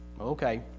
Okay